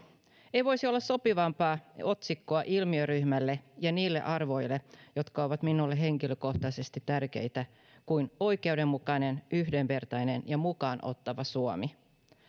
ei voisi olla sopivampaa otsikkoa sille ilmiöryhmälle ja niille arvoille jotka ovat minulle henkilökohtaisesti tärkeitä kuin oikeudenmukainen yhdenvertainen ja mukaan ottava suomi